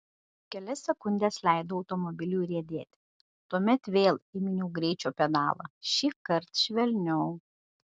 kelias sekundes leidau automobiliui riedėti tuomet vėl įminiau greičio pedalą šįkart švelniau